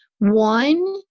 One